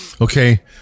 okay